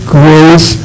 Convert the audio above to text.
grace